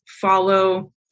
follow